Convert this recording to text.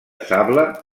sable